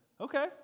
Okay